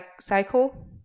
cycle